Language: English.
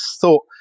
thought